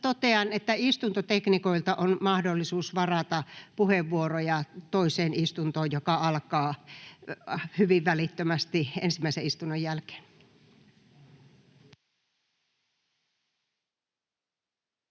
totean, että istuntoteknikoilta on mahdollisuus varata puheenvuoroja sellaiseen toiseen istuntoon, joka alkaa hyvin välittömästi ensimmäisen istunnon jälkeen. —